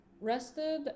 rested